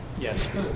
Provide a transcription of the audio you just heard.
Yes